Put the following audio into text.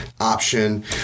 option